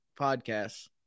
podcasts